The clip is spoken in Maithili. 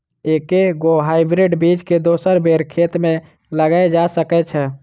एके गो हाइब्रिड बीज केँ दोसर बेर खेत मे लगैल जा सकय छै?